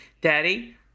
daddy